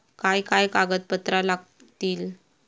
काय काय कागदपत्रा लागतील?